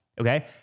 okay